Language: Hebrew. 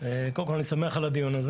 קודם כול אני שמח על הדיון הזה